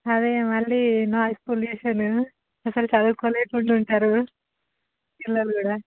అదే మళ్ళీ noise pollution అసలు చదువుకోలేకుండా ఉంటారు పిల్లలు కూడా